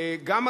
גם,